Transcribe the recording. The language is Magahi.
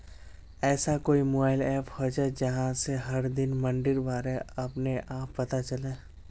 ऐसा कोई मोबाईल ऐप होचे जहा से हर दिन मंडीर बारे अपने आप पता चले?